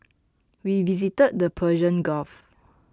we visited the Persian Gulf